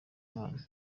imana